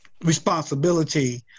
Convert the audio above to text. responsibility